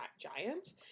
giant